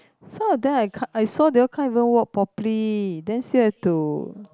some of them I ca~ I saw they all can't even walk properly then still have to